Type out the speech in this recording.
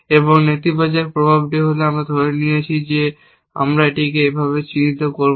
এবং নেতিবাচক প্রভাবটি হল আমরা ধরে নিয়েছি যে আমরা এটিকে এভাবে চিহ্নিত করব